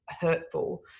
hurtful